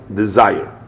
desire